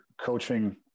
coaching